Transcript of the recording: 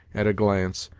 at a glance,